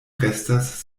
restas